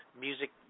music